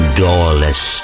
doorless